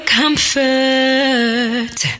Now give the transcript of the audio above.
comfort